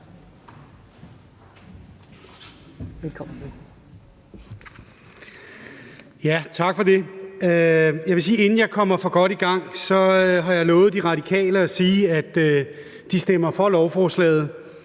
Tak for det. Inden jeg kommer for godt i gang, vil jeg sige, at jeg har lovet De Radikale at sige, at de stemmer for lovforslaget,